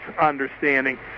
understanding